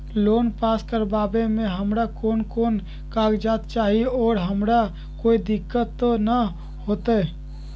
Loan pass करवावे में हमरा कौन कौन कागजात चाही और हमरा कोई दिक्कत त ना होतई?